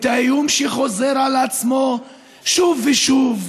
את האיום שחוזר על עצמו שוב ושוב: